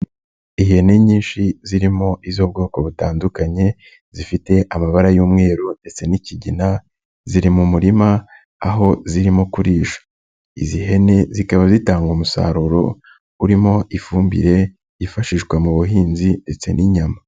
Ihene nyinshi zirimo iz'ubwoko butandukanye, zifite amabara y'umweru ndetse n'ikigina ziri mu murima aho zirimo kurisha, izi hene zikaba zitanga umusaruro urimo ifumbire yifashishwa mu buhinzi ndetse n'inyama.